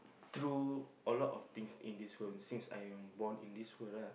through a lot of things in this world since I am born in this world lah